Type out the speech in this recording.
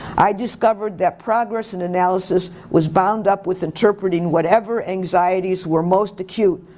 i discovered that progress and analysis was bound up with interpreting whatever anxieties were most acute.